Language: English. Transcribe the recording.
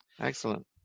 Excellent